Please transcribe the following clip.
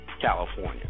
California